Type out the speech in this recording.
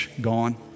gone